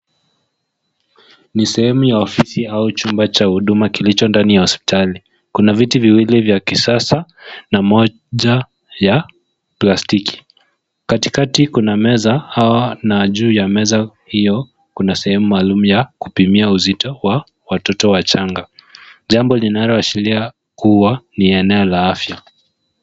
Ni sehemu ya ofisi au chumba cha huduma kilicho ndani ya hospitali. Kuna viti viwili vya kisasa na moja ya plastiki. Katikati kuna meza hawa na juu ya meza hio, kuna sehemu maalum ya kupimia uzito wa watoto wachanga jambo linaloashiria kuwa ni eneo la afya.